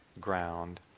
ground